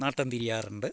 നട്ടം തിരിയാറുണ്ട്